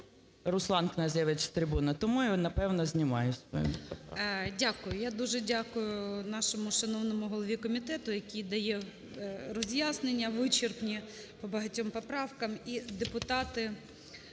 Руслан Князевич з трибуни, тому я, напевно, знімаю